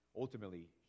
ultimately